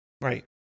Right